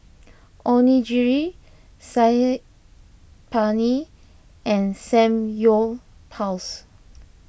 Onigiri Saag Paneer and Samgyeopsal